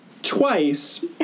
Twice